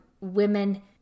women